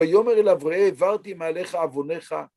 ויאמר אליו ראה, העברתי מעליך עוונך.